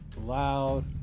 loud